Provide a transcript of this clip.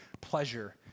pleasure